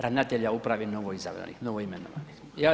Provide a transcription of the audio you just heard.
Ravnatelja uprave novoizabranih, novoimenovanih.